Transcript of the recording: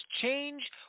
change